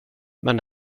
men